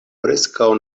preskaŭ